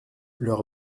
leur